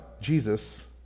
Jesus